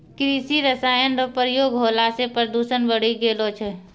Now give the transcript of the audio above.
कृषि रसायन रो प्रयोग होला से प्रदूषण बढ़ी गेलो छै